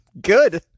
Good